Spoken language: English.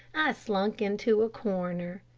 slunk into a corner.